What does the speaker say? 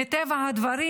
מטבע הדברים,